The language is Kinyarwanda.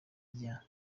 rya